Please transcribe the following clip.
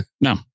No